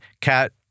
Cat